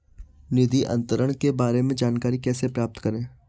निधि अंतरण के बारे में जानकारी कैसे प्राप्त करें?